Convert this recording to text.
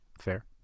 Fair